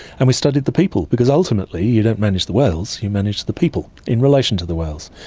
and we studied the people, because ultimately you don't manage the whales, you manage the people in relation to the whales.